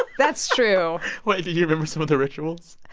that's true wait. do you remember some of the rituals?